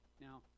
Now